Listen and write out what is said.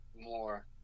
more